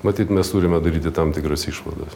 matyt mes turime daryti tam tikras išvadas